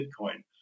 Bitcoin